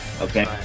Okay